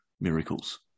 miracles